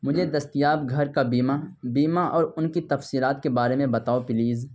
مجھے دستیاب گھر کا بیمہ بیمہ اور ان کی تفصیلات کے بارے میں بتاؤ پلیز